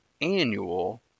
annual